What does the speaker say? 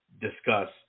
discuss